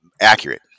accurate